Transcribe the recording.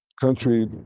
country